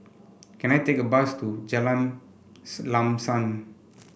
can I take a bus to Jalan Lam Sam